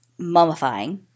mummifying